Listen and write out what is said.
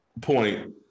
point